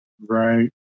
Right